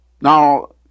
Now